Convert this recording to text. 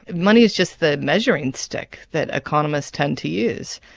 money is just the measuring stick that economists tend to use.